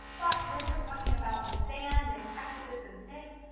but when we're talking about the sand, and cactuses and snakes,